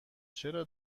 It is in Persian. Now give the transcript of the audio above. چرا